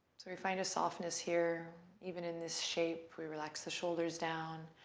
we find a softness here, even in this shape. we relax the shoulders down.